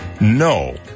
No